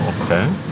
Okay